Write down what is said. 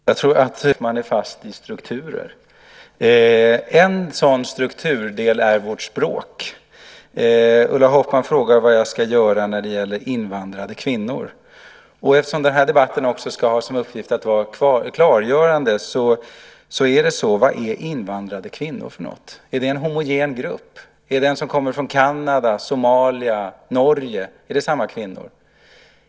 Herr talman! Jag tror att både jag och Ulla Hoffmann är fast i strukturer. En sådan strukturdel är vårt språk. Ulla Hoffmann frågar vad jag ska göra när det gäller invandrade kvinnor. Eftersom den här debatten också ska ha som uppgift att vara klargörande: Vad är invandrade kvinnor för något? Är det en homogen grupp? Är det de som kommer från Kanada, Somalia och Norge - är det samma kvinnor?